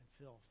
filth